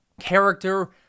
Character